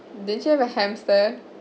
didn't you have a hamster